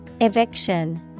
Eviction